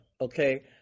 okay